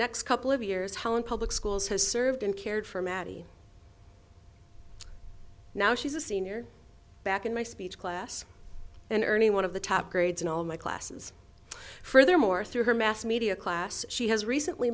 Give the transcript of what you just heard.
next couple of years how in public schools has served and cared for mattie now she's a senior back in my speech class and earning one of the top grades in all my classes furthermore through her mass media class she has recently